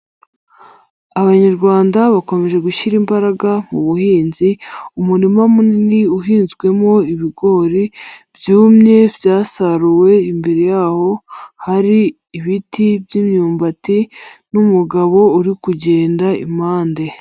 Abanyarwanda bakomeje gushyira imbaraga mu buhinzi, umurima munini uhinzwemo ibigori byumye byasaruwe imbere yaho hari ibiti by'imyumbati n'umugabo uri kugenda impande.